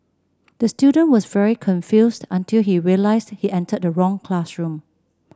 the student was very confused until he realised he entered the wrong classroom